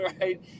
right